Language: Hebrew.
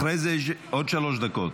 אחרי זה יש עוד שלוש דקות.